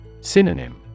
Synonym